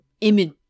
image